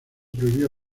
prohibió